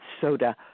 soda